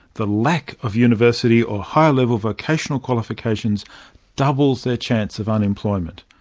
the lack of university or a higher-level vocational qualification doubles their chance of unemployment.